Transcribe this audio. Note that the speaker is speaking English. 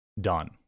done